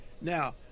now